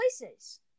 places